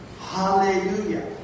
Hallelujah